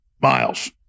miles